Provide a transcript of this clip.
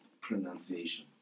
pronunciation